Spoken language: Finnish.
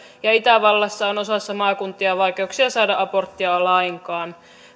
ja itävallassa on osassa maakuntia vaikeuksia saada aborttia lainkaan